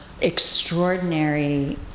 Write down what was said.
extraordinary